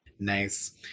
Nice